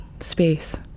Space